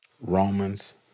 Romans